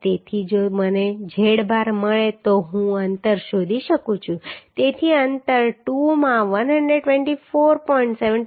તેથી જો મને z બાર મળે તો હું અંતર શોધી શકું છું તેથી અંતર 2 માં 124